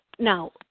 Now